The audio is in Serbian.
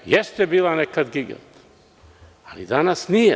Jeste bila nekad gigant, ali danas nije.